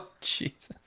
jesus